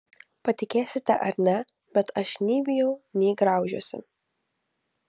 patikėsite ar ne bet aš nei bijau nei graužiuosi